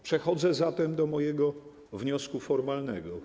Przechodzę zatem do mojego wniosku formalnego.